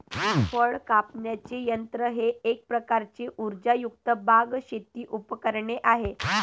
फळ कापण्याचे यंत्र हे एक प्रकारचे उर्जायुक्त बाग, शेती उपकरणे आहे